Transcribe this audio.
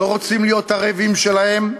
לא רוצים להיות ערבים שלהם.